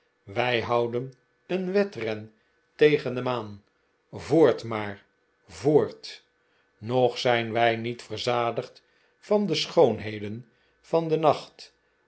wij houden een wedren tegen de maan voort maar voort nog zijn wij niet verzadigd van de schoonheden van den nacht